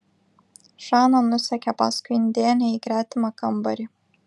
žana nusekė paskui indėnę į gretimą kambarį